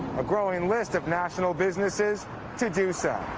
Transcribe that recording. a growing list of national businesses to do so.